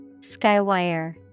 Skywire